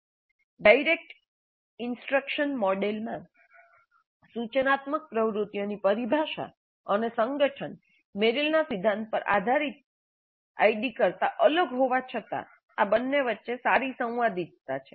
direct instruction મોડેલમાં સૂચનાત્મક પ્રવૃત્તિઓની પરિભાષા અને સંગઠન મેરિલના સિદ્ધાંતો પર આધારિત આઈડી કરતા અલગ હોવા છતાં આ બંને વચ્ચે સારી સંવાદિતતા છે